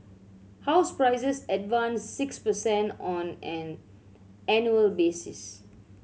house prices advanced six per cent on an annual basis